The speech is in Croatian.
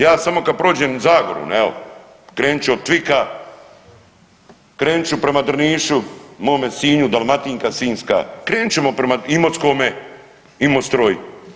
Ja samo kad prođem Zagorom, evo krenut ću od Cvika, krenut ću prema Drnišu, mome Sinju, Dalmatinka Sinjska, krenut ćemo prema Imotskome, Imostroj.